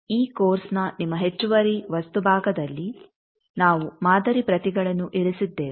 ಈ ಕೋರ್ಸ್ನ ನಿಮ್ಮ ಹೆಚ್ಚುವರಿ ವಸ್ತು ಭಾಗದಲ್ಲಿ ನಾವು ಮಾದರಿ ಪ್ರತಿಗಳನ್ನು ಇರಿಸಿದ್ದೇವೆ